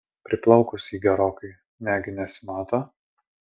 priplaukus ji gerokai negi nesimato